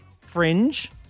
fringe